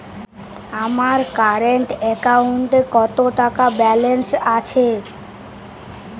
আমার কারেন্ট অ্যাকাউন্টে কত টাকা ব্যালেন্স আছে?